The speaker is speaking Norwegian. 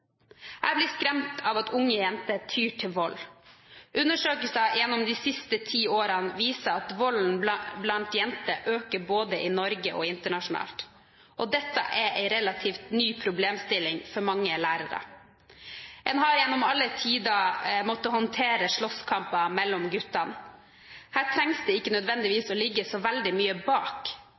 Jeg blir skremt av at unge jenter tyr til vold. Undersøkelser gjennom de siste ti årene viser at volden blant jenter øker både i Norge og internasjonalt. Dette er en relativt ny problemstilling for mange lærere. Man har gjennom alle tider måttet håndtere slåsskamper mellom gutter. Her trengs det nødvendigvis ikke å ligge så veldig mye bak.